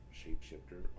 shapeshifter